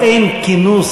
אין כינוס,